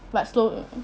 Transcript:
but slow